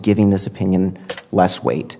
giving this opinion less weight